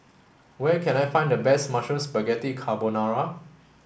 where can I find the best Mushroom Spaghetti Carbonara